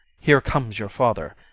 here comes your father.